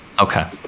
Okay